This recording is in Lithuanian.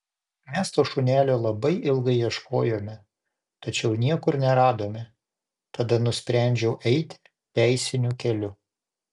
mes to šunelio labai ilgai ieškojome tačiau niekur neradome tada nusprendžiau eiti teisiniu keliu